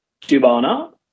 Dubana